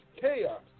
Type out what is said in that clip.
chaos